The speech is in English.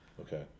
Okay